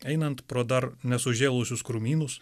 einant pro dar nesužėlusius krūmynus